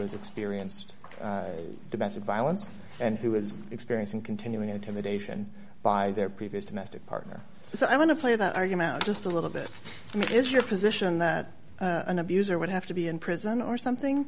has experienced domestic violence and who has experience in continuing intimidation by their previous domestic partner so i want to play that argument just a little bit it is your position that an abuser would have to be in prison or something